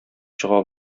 чыга